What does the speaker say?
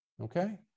okay